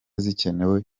zikenewe